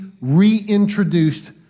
reintroduced